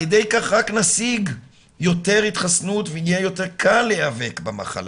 על ידי כך רק נשיג יותר התחסנות ויהיה יותר קל להיאבק במחלה.